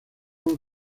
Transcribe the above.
con